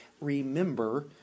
remember